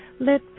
let